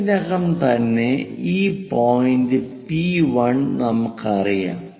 ഇതിനകം തന്നെ ഈ പോയിന്റ് പി 1 നമുക്കറിയാം